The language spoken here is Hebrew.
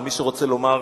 או מי שרוצה לומר,